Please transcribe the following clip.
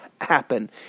happen